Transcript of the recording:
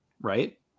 right